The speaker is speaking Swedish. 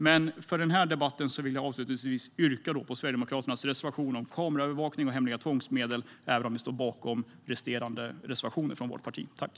Men för denna debatt vill jag avslutningsvis yrka bifall till Sverigedemokraternas reservation om kameraövervakning och hemliga tvångsmedel, även om vi i vårt parti står bakom våra övriga reservationer.